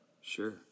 Sure